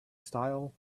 style